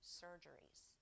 surgeries